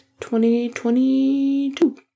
2022